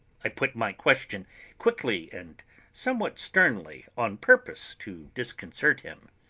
i put my question quickly and somewhat sternly, on purpose to disconcert him.